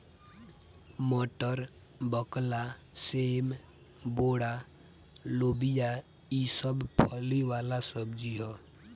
मटर, बकला, सेम, बोड़ा, लोबिया ई सब फली वाला सब्जी ह